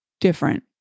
different